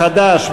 חד"ש,